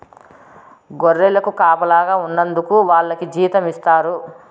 గొర్రెలకు కాపలాగా ఉన్నందుకు వాళ్లకి జీతం ఇస్తారు